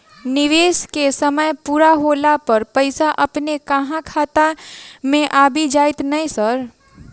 निवेश केँ समय पूरा होला पर पैसा अपने अहाँ खाता मे आबि जाइत नै सर?